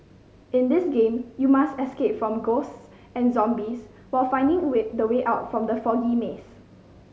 in this game you must escape from ghosts and zombies while finding way the way out from the foggy maze